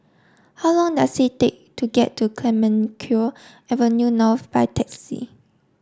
how long does it take to get to Clemenceau Avenue North by taxi